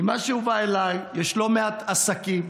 ממה שהובא אליי יש לא מעט עסקים,